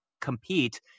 compete